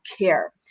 care